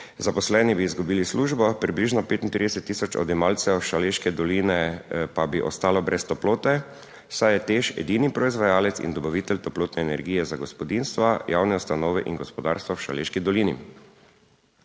zaposleni bi izgubili službo, približno 35 tisoč odjemalcev Šaleške doline pa bi ostalo brez toplote, saj je TEŠ edini proizvajalec in dobavitelj toplotne energije za gospodinjstva, javne ustanove in gospodarstvo v Šaleški dolini.